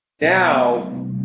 Now